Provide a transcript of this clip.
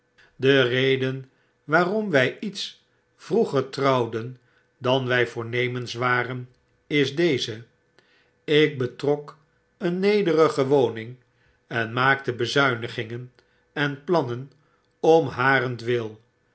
de reden waarom wy iets vroeger trouwden dan wy voornemens waren is deze ik betrok een nederige woning en maakte bezuinigingen en plannen om harentwil